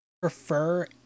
prefer